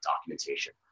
documentation